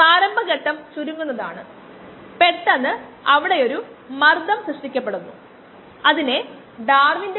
693 ആണ് 1 by 0